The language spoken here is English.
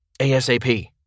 ASAP